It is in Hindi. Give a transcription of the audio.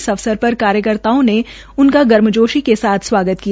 इस अवसर पर कार्यकर्ताओं ने उनका गर्मजोशी के साथ स्वागत किया